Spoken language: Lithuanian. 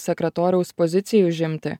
sekretoriaus pozicijai užimti